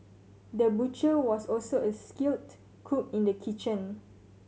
the butcher was also a skilled cook in the kitchen